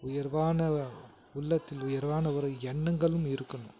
உயர்வான உள்ளத்தில் உயர்வான ஒரு எண்ணங்களும் இருக்கணும்